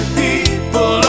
people